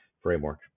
framework